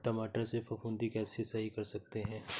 टमाटर से फफूंदी कैसे सही कर सकते हैं?